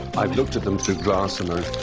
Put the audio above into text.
i've looked at them through glass and i've